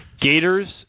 Gators